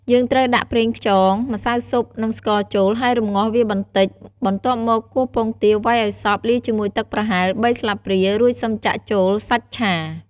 យើងត្រូវដាក់ប្រេងខ្យង ម្សៅស៊ុប និងស្ករចូល ហើយរម្ងាស់វាបន្តិច បន្ទាប់មកគោះពងទាវ៉ៃឱ្យសព្វ លាយជាមួយទឹកប្រហែល ៣ ស្លាព្រា រួចសិមចាក់ចូលសាច់ឆា។